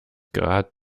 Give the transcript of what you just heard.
grad